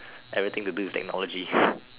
everything to do with technology